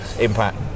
impact